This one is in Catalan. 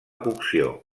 cocció